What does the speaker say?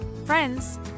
friends